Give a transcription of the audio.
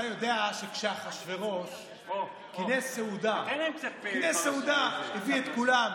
אתה יודע שכשאחשוורוש כינס סעודה, הביא את כולם,